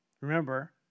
Remember